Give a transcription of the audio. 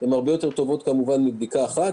הרבה יותר טובות מבדיקה אחת,